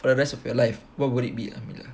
for the rest of your life what would it be